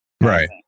Right